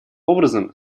образом